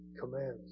commands